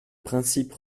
principe